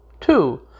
two